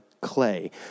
clay